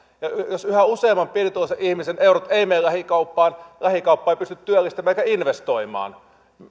jos yhä useamman pienituloisen ihmisen eurot eivät mene lähikauppaan lähikauppa ei pysty työllistämään eikä investoimaan